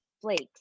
flakes